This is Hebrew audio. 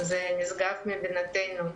זה נשגב מבינתנו.